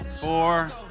four